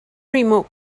remote